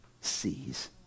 sees